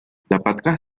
dapatkah